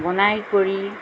বনাই কৰি